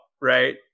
right